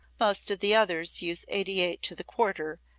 most of the others use eighty eight to the quarter,